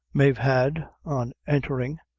mave had, on entering,